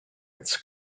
its